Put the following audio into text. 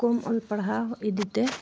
ᱠᱚᱢ ᱚᱞ ᱯᱟᱲᱦᱟᱣ ᱤᱫᱤᱛᱮ